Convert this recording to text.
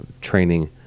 training